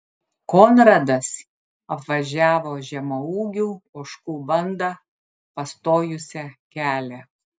konradas apvažiavo žemaūgių ožkų bandą pastojusią kelią